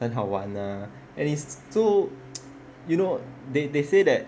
很好玩啊 and is so you know they they say that